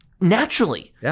naturally